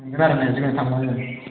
रायज्लायनांसिगोन थांनानै